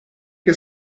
che